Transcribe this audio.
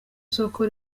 isoko